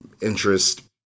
Interest